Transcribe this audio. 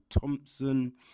Thompson